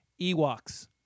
Ewoks